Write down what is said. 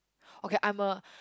okay I'm a